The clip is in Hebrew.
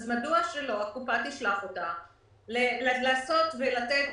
אז מדוע שהקופה תשלח אותה לבצע